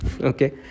Okay